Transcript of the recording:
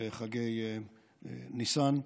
לחגי ניסן,